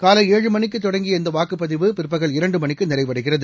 காலை ஏழு மணிக்கு தொடங்கிய இந்த வாக்குப்பதிவு பிற்பகல் இரண்டு மணிக்கு நிறைவடைகிறது